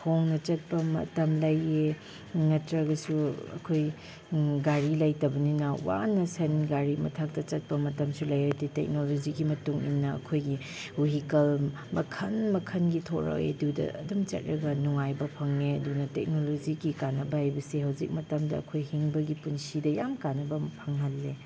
ꯈꯣꯡꯅ ꯆꯠꯄ ꯃꯇꯝ ꯂꯩꯌꯦ ꯅꯠꯇ꯭ꯔꯒꯁꯨ ꯑꯩꯈꯣꯏ ꯒꯥꯔꯤ ꯂꯩꯇꯕꯅꯤꯅ ꯋꯥꯅ ꯁꯟ ꯒꯥꯔꯤ ꯃꯊꯛꯇ ꯆꯠꯄ ꯃꯇꯝꯁꯨ ꯂꯩꯌꯦ ꯑꯗꯨ ꯇꯦꯛꯅꯣꯂꯣꯖꯤꯒꯤ ꯃꯇꯨꯡ ꯏꯟꯅ ꯑꯩꯈꯣꯏꯒꯤ ꯚꯤꯍꯤꯀꯜ ꯃꯈꯟ ꯃꯈꯟꯒꯤ ꯊꯣꯔꯛꯑꯦ ꯑꯗꯨꯗ ꯑꯗꯨꯝ ꯆꯠꯂꯒ ꯅꯨꯡꯉꯥꯏꯕ ꯐꯪꯉꯦ ꯑꯗꯨꯅ ꯇꯦꯛꯅꯣꯂꯣꯖꯤꯒꯤ ꯀꯥꯟꯅꯕ ꯍꯥꯏꯕꯁꯦ ꯍꯧꯖꯤꯛ ꯃꯇꯝꯗ ꯑꯩꯈꯣꯏ ꯍꯤꯡꯕꯒꯤ ꯄꯨꯟꯁꯤꯗ ꯌꯥꯝ ꯀꯥꯟꯅꯕ ꯐꯪꯍꯜꯂꯦ